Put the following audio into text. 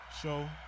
show